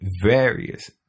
various